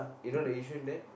you know the Yishun there